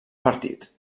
partit